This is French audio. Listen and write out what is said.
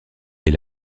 est